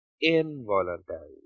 involuntary